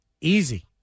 easy